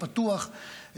הפתוח,